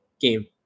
game